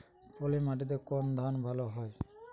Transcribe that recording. পলিমাটিতে কোন ধান ভালো হয়?